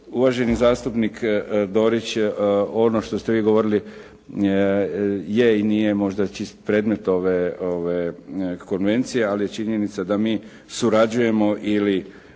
Uvaženi zastupnik Dorić ono što ste vi govorili je i nije možda predmet ove, ove konvencije ali je činjenica da mi surađujemo ili